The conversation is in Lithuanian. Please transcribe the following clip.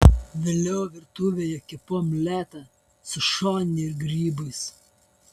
vėliau virtuvėje kepu omletą su šonine ir grybais